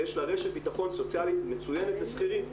ויש לה רשת ביטחון סוציאלית מצוינת לשכירים.